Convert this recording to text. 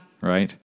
Right